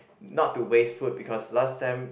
not to waste food because last time